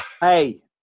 Hey